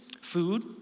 food